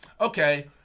okay